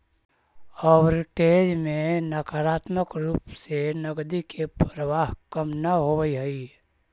arbitrage में नकारात्मक रूप से नकदी के प्रवाह कम न होवऽ हई